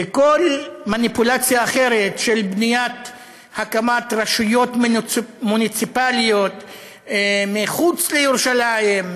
וכל מניפולציה אחרת של הקמת רשויות מוניציפליות מחוץ לירושלים,